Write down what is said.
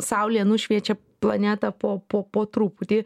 saulė nušviečia planetą po po po truputį